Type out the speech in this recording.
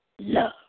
love